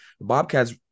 bobcats